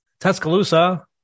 Tuscaloosa